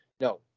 no